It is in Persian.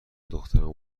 دخترمو